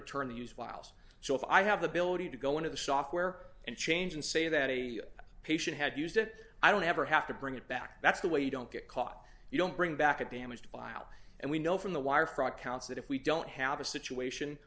return the use files so if i have the ability to go into the software and change and say that a patient had used it i don't ever have to bring it back that's the way you don't get caught you don't bring back a damaged buyout and we know from the wire fraud counts that if we don't have a situation